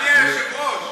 אדוני היושב-ראש,